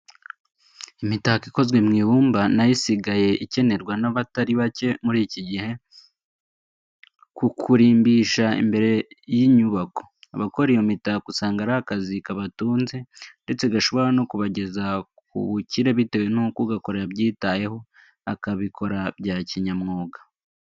Imitako ikozwe mu ibumba na yo isigaye ikenerwa n'abatari bake muri iki gihe, kukurimbisha imbere y'inyubako. Abakora iyo mitako usanga ari akazi kabatunze ndetse gashobora no kubageza kubukire bitewe n'uko ugakora yabyitayeho, akabikora bya kinyamwuga.